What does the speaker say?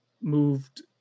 moved